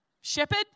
Shepherd